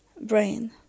brain